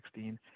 2016